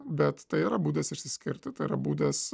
bet tai yra būdas išsiskirti tai yra būdas